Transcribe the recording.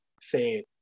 say